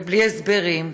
ובלי הסברים,